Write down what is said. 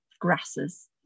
grasses